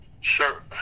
Sure